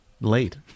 late